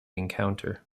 encounter